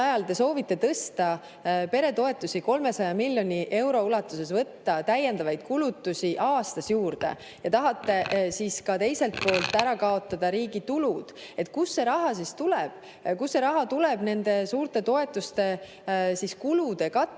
te soovite tõsta peretoetusi 300 miljoni euro ulatuses, võtta täiendavaid kulutusi aastas juurde, ja tahate teiselt poolt ära kaotada riigi tulud. Kust see raha siis tuleb? Kust see raha tuleb nende suurte toetuste kulude katmiseks,